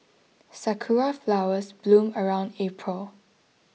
sakura flowers bloom around April